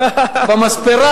אין על זה ויכוח.